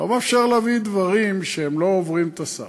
לא מאפשר להביא דברים שלא עוברים את הסף.